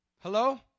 Hello